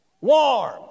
warm